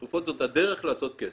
תרופות זאת הדרך לעשות כסף,